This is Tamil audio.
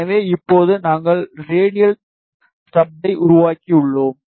எனவே இப்போது நாங்கள் ரேடியல் ஸ்டப்பை உருவாக்கியுள்ளோம்